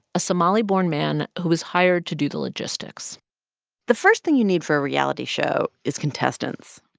a somali-born man who was hired to do the logistics the first thing you need for a reality show is contestants,